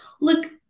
Look